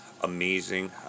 amazing